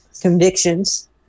convictions